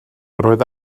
roedd